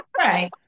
right